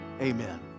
Amen